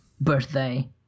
birthday